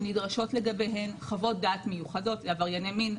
שנדרשות לגביהם חוות דעת מיוחדות עברייני מין,